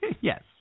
Yes